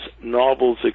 novels